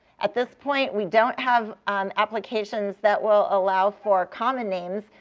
at this point, we don't have um applications that will allow for common names,